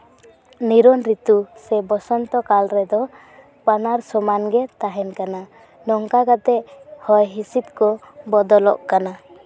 ᱱᱤᱨᱚᱱ ᱨᱤᱛᱩ ᱥᱮ ᱵᱚᱥᱚᱱᱛᱚ ᱠᱟᱞ ᱨᱮᱫᱚ ᱵᱟᱱᱟᱨ ᱥᱚᱢᱟᱱᱜᱮ ᱛᱟᱦᱮᱱ ᱠᱟᱱᱟ ᱱᱚᱝᱠᱟ ᱠᱟᱛᱮᱜ ᱦᱚᱭ ᱦᱤᱸᱥᱤᱫ ᱠᱚ ᱵᱚᱫᱚᱞᱚᱜ ᱠᱟᱱᱟ